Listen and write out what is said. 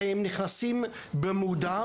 הרי הם נכנסים במודע,